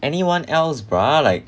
anyone else but like